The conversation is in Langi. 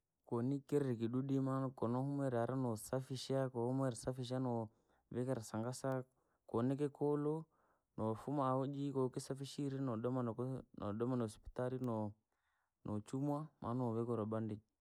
Konikerii kidudi maa konohumuiree ahuu nosafisha, kowahumwira safisha, novikira sangasa, koo nikikuru nofuma ojiko ukisafishire nodoma nuku vii, nodoma nu sapitarii, nachumwa mano vikirwa bandeji.